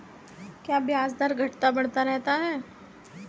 क्या ब्याज दर घटता बढ़ता रहता है?